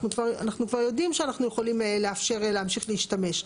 אנחנו כבר יודעים שאנחנו יכולים לאפשר להמשיך להשתמש.